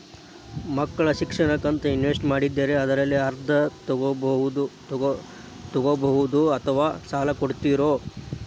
ಮಕ್ಕಳ ಶಿಕ್ಷಣಕ್ಕಂತ ಇನ್ವೆಸ್ಟ್ ಮಾಡಿದ್ದಿರಿ ಅದರಲ್ಲಿ ಅರ್ಧ ತೊಗೋಬಹುದೊ ಅಥವಾ ಸಾಲ ಕೊಡ್ತೇರೊ?